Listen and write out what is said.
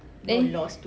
then